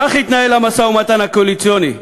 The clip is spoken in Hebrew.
כך התנהל המשא-ומתן הקואליציוני.